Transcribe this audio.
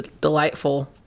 delightful